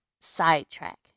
sidetrack